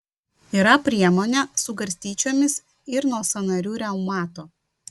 yra priemonė su garstyčiomis ir nuo sąnarių reumato